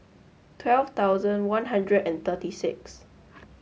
twelve thousand one hundred and thirty six